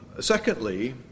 Secondly